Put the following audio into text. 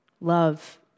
love